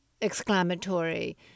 exclamatory